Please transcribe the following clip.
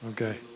Okay